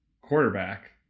quarterback